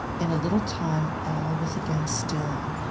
in a little time all was again still.